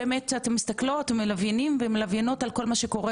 באמת אתן מסתכלות עם לוויינים על כל מה שקורה